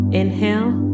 inhale